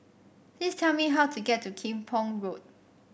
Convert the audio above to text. please tell me how to get to Kim Pong Road